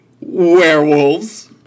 werewolves